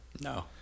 No